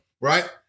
right